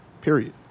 Period